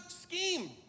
scheme